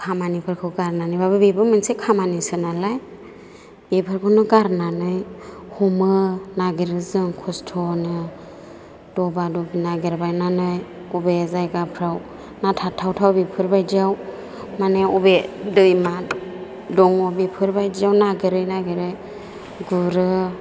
खामानिफोरखौ गारनानैबाबो बेबो मोनसे खामानिसो नालाय बेफोरखौ गारनानै हमो नागिरो जों खस्थ'नो दबा दबि नागिरबायनानै बबे जायगाफोराव ना थाथावथाव बेफोरबायदियाव माने बबे दैमा दङ बेफोरबायदियाव नागिरै नागिरै गुरो